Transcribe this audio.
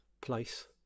place